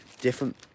Different